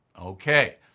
Okay